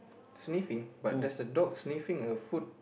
sniffing but there's a dog sniffing a food